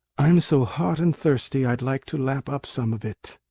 i'm so hot and thirsty, i'd like to lap up some of it.